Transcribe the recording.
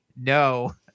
No